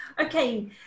Okay